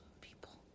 People